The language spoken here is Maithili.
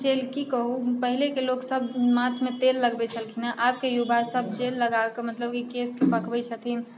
की कहू पहिलेके लोकसब माथमे तेल लगबैत छलखिन हँ आबके युवा सब जेल लगाके मतलब की केशके पकबैत छथिन